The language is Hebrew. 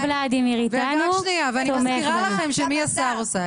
גם ולדימיר, ואני מזכירה לכם מי השר.